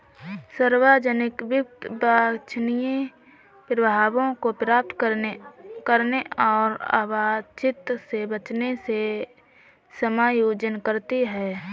सार्वजनिक वित्त वांछनीय प्रभावों को प्राप्त करने और अवांछित से बचने से समायोजन करती है